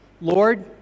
Lord